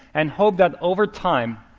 and hope that over time,